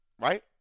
right